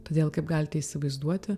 todėl kaip galite įsivaizduoti